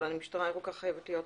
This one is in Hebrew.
אבל המשטרה הירוקה חייבת להיות כאן.